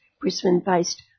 Brisbane-based